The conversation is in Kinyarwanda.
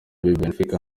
benfica